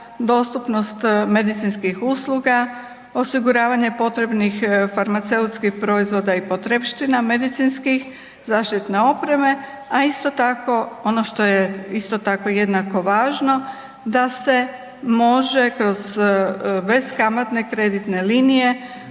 dostupnost medicinskih usluga, osiguravanje potrebnih farmaceutskih proizvoda i potrepština medicinskih zaštitne opreme, a isto tako ono što je jednako važno da se može kroz beskamatne kreditne linije